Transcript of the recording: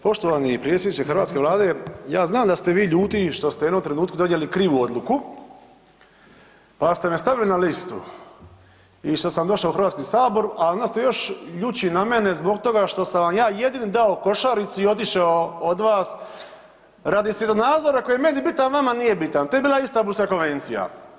Poštovani predsjedniče hrvatske Vlade, ja znam da ste vi ljuti što ste u jednom trenutku donijeli krivu odluku pa ste me stavili na listu i što sam došao u Hrvatski sabor, a onda ste još ljući na mene zbog toga što sam vam ja jedini dao košaricu i otišao od vas radi svjetonadzora koji je meni bitan, a vama nije bitan to je bila Istambulska konvencija.